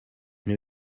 new